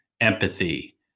empathy